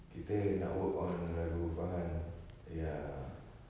kita nak work on lagu farhan ya